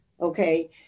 Okay